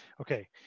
okay